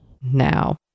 now